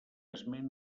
esmena